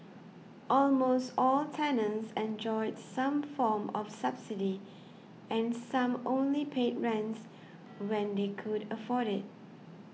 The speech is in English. almost all tenants enjoyed some form of subsidy and some only paid rents when they could afford it